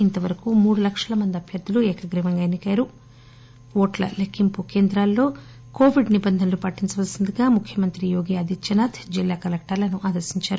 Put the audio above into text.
ఇంతవరకు మూడు లక్షల మంది అభ్యర్దులు ఏకగ్రీవంగాఎన్నికయ్యారు ఓట్ల లెక్కింపు కేంద్రాల్లో కోవిడ్ నిబంధనలు పాటించవలసిందిగా ముఖ్యమంత్రి యోగిఆదిత్యనాథ్ జిల్లా కలెక్టర్లను ఆదేశించారు